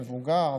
מבוגר,